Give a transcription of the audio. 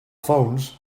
phones